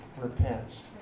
repents